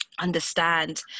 understand